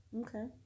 okay